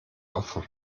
offen